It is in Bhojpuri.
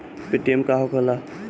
पेटीएम का होखेला?